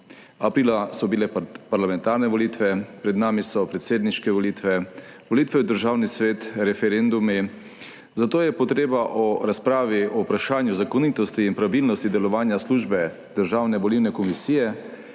Aprila so bile parlamentarne volitve, pred nami so predsedniške volitve, volitve v Državni svet, referendumi, zato je potreba o razpravi o vprašanju zakonitosti in pravilnosti delovanja službe Državne volilne komisije,